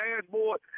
dashboard